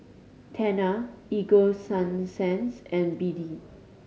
Tena Ego Sunsense and BD